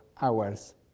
hours